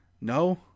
No